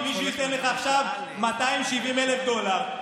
אם מישהו ייתן לך עכשיו 270,000 דולר,